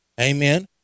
Amen